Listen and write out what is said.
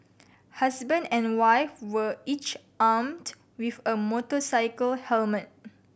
husband and wife were each armed with a motorcycle helmet